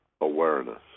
awareness